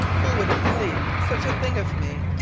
who would have believed such a thing of me.